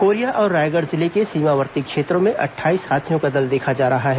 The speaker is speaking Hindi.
कोरिया और रायगढ़ जिले के सीमावर्ती क्षेत्रों में अट्ठाईस हाथियों का दल देखा जा रहा है